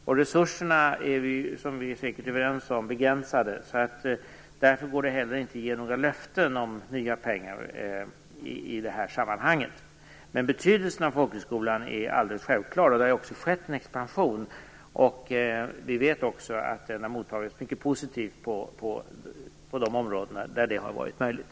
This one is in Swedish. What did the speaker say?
Och vi är säkert överens om att resurserna är begränsade. Därför går det heller inte att ge några löften om nya pengar i det här sammanhanget. Men betydelsen av folkhögskolan är alldeles självklar, och det har också skett en expansion. Vi vet också att den har mottagits mycket positivt i de områden där det har varit möjligt.